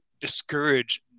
discourage